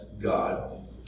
God